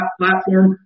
platform